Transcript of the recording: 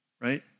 right